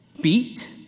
beat